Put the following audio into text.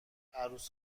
عروس